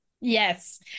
Yes